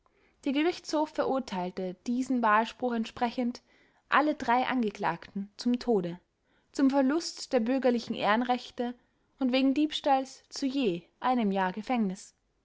der gerichtshof verurteilte diesem wahrspruch entsprechend alle drei angeklagten zum tode zum verlust der bürgerlichen ehrenrechte und wegen diebstahls zu je einem jahre gefängnis